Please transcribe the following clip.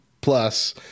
plus